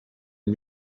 and